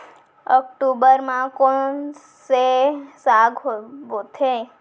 अक्टूबर मा कोन से साग बोथे?